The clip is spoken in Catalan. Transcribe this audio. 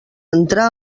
entrar